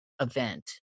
event